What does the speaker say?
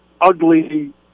ugly